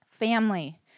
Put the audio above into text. Family